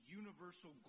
universal